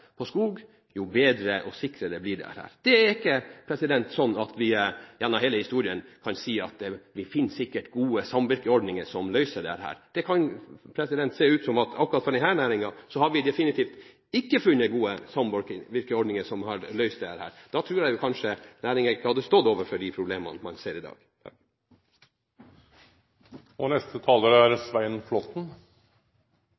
skog, jo bedre og sikrere blir det. Det er ikke slik vi – gjennom hele historien – kan si at vi sikkert finner gode samvirkeordninger som løser dette. Det kan se ut som at vi, akkurat for denne næringen, definitivt ikke har funnet gode samvirkeordninger som har løst dette, for da tror jeg næringen kanskje ikke hadde stått overfor de problemene man ser i dag.